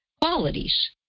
qualities